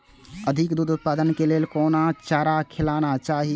अधिक दूध उत्पादन के लेल कोन चारा खिलाना चाही?